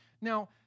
Now